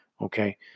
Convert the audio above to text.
okay